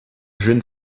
jeune